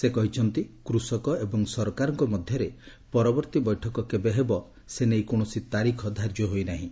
ସେ କହିଛନ୍ତି କୃଷକ ଏବଂ ସରକାରଙ୍କ ମଧ୍ୟରେ ପରବର୍ତ୍ତୀ ବୈଠକ କେବେ ହେବ ସେନେଇ କୌଣସି ତାରିଖ ଧାର୍ଯ୍ୟ ହୋଇ ନାହିଁ